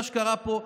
מה שקרה פה,